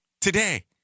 Today